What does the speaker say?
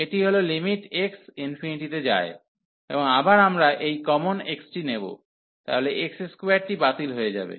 এটি হল limit x ∞ তে যায় এবং আবার আমরা এই কমন x টি নেব তাহলে x2টি বাতিল হয়ে যাব